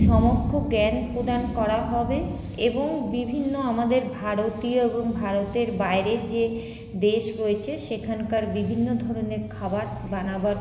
সমক্ষ জ্ঞান প্রদান করা হবে এবং বিভিন্ন আমাদের ভারতীয় এবং ভারতের বাইরের যে দেশ রয়েছে সেখানকার বিভিন্ন ধরনের খাবার বানাবার